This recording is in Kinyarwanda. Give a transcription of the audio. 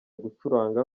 gucuranga